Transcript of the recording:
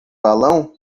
balão